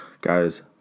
Guys